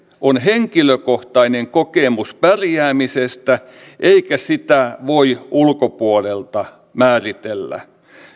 on henkilökohtainen kokemus pärjäämisestä eikä sitä voi ulkopuolelta määritellä